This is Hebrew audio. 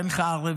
אין לך ערבים,